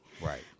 Right